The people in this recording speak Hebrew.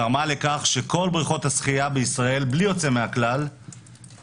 גרמה לכך שכל בריכות השחייה בישראל בלי יוצא מן הכלל הגיעו